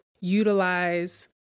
utilize